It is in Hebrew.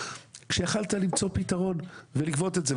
כשיכולת למצוא פיתרון ולגבות את זה.